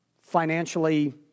financially